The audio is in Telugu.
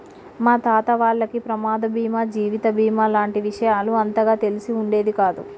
మా తాత వాళ్లకి ప్రమాద బీమా జీవిత బీమా లాంటి విషయాలు అంతగా తెలిసి ఉండేది కాదు